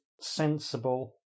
sensible